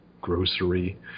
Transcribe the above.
grocery